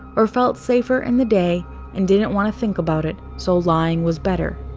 or felt safer in the day and didn't want to think about it, so lying was better.